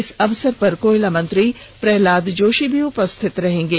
इस अवसर पर कोयला मंत्री प्रह्लाद जोशी भी उपस्थित रहेंगे